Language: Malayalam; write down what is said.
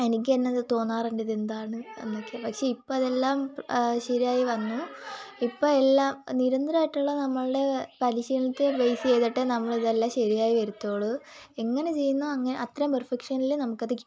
എനിക്ക് എന്നത് തോന്നാറുണ്ട് ഇത് എന്താണ് എന്നൊക്കെ പക്ഷേ ഇപ്പോൾ അതെല്ലാം ശരിയായി വന്നു ഇപ്പം എല്ലാം നിരന്തരായിട്ടുള്ള നമ്മൾടെ പരിശീലത്തെ ബേസ് ചെയ്തിട്ട് നമ്മൾ ഇതെല്ലാം ശരിയായി വരുത്തൂളൂ എങ്ങനെ ചെയ്യുന്നു അത്രയും പെർഫെക്ഷനിൽ നമുക്കത് കിട്ടും